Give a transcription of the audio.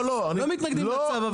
לא מתנגדים לצו,